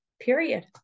period